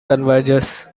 converges